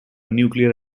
nuclear